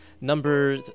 number